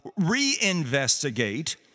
reinvestigate